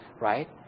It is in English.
right